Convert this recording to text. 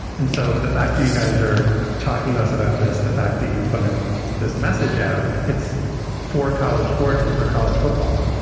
and so the fact that you guys are talking to us about this, the fact that you put this message out, it's for college sports and for college football,